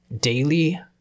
daily